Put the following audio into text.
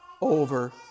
over